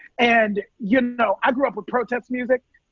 and, you know, i grew up with protest music.